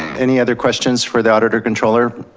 any other questions for the auditor controller,